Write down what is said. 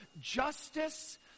justice